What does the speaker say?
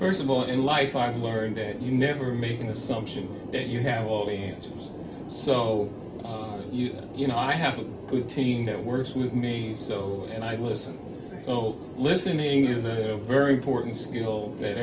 first of all in life i've learned that you never make an assumption that you have all the answers so you you know i have a good team that works with me so and i listen so listening is a very important skill that